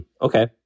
Okay